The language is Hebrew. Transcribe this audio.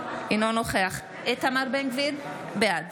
אינו נוכח איתמר בן גביר, בעד